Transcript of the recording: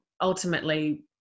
ultimately